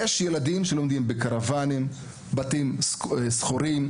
ועדיין יש ילדים שלומדים שם בקרוונים ובתנאים ירודים,